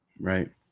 Right